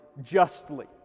justly